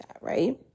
right